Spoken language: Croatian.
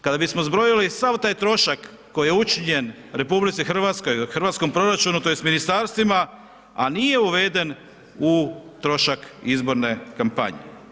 kada bismo zbrojili sav taj trošak koji je učinjen RH i hrvatskom proračunu tj. ministarstvima, a nije uveden u trošak izborne kampanje.